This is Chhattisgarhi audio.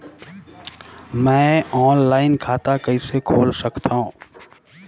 मैं ऑनलाइन खाता कइसे खोल सकथव?